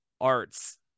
arts